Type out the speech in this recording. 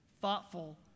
thoughtful